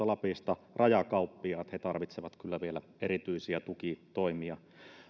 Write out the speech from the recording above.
lapissa rajakauppiaat tarvitsevat kyllä vielä erityisiä tukitoimia